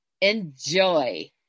Enjoy